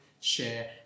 share